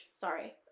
sorry